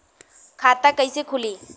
खाता कईसे खुली?